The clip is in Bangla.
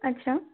আচ্ছা